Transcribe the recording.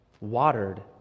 watered